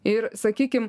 ir sakykim